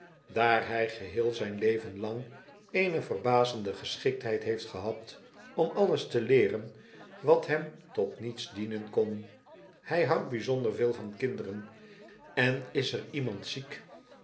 daar hjj geheel zgn leven lang eene verbazende geschiktheid heeft gehad om alles te leeren wat hem tot niets dienen kon hij houdt bjjzonder veel van kinderen en is er iemand ziek